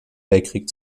weltkrieg